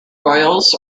oils